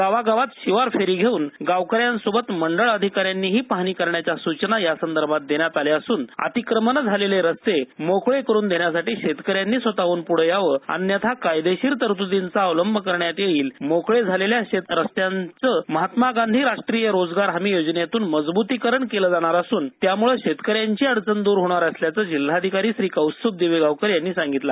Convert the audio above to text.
गावागावात शिवार फेरी घेऊन गावकऱ्यांसोबत मंडळ अधिकाऱ्यांनी पाहणी करण्याच्या सूचनाही यासंदर्भात देण्यात आल्या असून अतिक्रमण झालेले रस्ते मोकळे करून देण्यासाठी शेतकऱ्यांनी स्वतःहून पुढे यावं अन्यथा कायदेशीर तरतूदींचा अवलंब करण्यात येईल मोकळे झालेल्या शेत रस्त्यांचं महात्मा गांधी राष्ट्रीय रोजगार हमी योजनेतून मजबुतीकरण केले जाणार असून त्यामुळे शेतकऱ्यांची अडचण दर होणार असल्याचं जिल्हाधिकारी कौस्त्रभ दिवेगावकर यांनी सांगितल